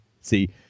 See